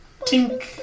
Tink